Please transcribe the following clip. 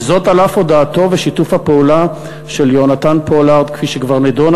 וזאת על אף הודאתו ושיתוף הפעולה של יהונתן פולארד כפי שכבר נדונה